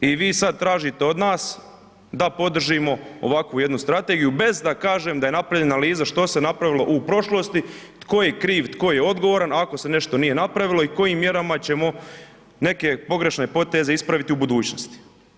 I vi sad tražite od nas da podržimo ovakvu jednu strategiju bez da kažem da je napravljena analiza što se napravilo u prošlosti, tko je kriv, tko je odgovoran, ako se nešto nije napravilo i kojim mjerama ćemo neke pogrešne poteze ispraviti u budućnosti.